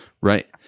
right